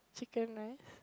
chicken rice